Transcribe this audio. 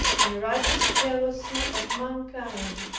and a righteous jealousy of mankind,